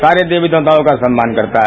सारे देवी देवताओं का सम्मान करता है